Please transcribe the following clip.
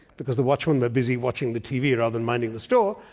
because the watchmen were busy watching the t v. rather than minding the store.